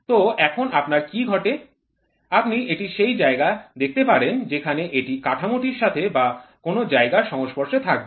তো এখন আপনার কি ঘটে আপনি এটি সেই জায়গা দেখতে পারেন যেখানে এটি কাঠামোটির সাথে বা কোনও জায়গার সংস্পর্শে থাকবে